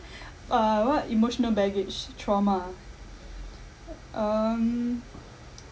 uh what emotional baggage trauma um